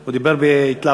הוא דיבר בהתלהבות,